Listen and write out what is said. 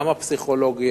גם הפסיכולוגי,